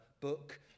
book